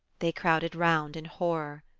they crowded round in horror.